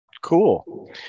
Cool